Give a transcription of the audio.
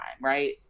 right